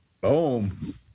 Boom